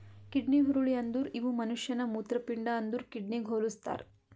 kidney ಹುರುಳಿ ಅಂದುರ್ ಇವು ಮನುಷ್ಯನ ಮೂತ್ರಪಿಂಡ ಅಂದುರ್ ಕಿಡ್ನಿಗ್ ಹೊಲುಸ್ತಾರ್